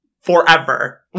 forever